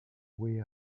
way